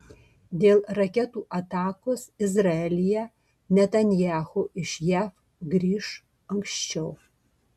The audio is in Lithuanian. dėl raketų atakos izraelyje netanyahu iš jav grįš anksčiau